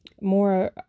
more